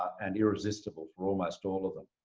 and irresistible for almost all of them